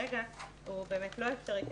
כרגע הוא לא אפשרי באמת,